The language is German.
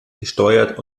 gesteuert